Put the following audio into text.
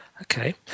Okay